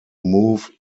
move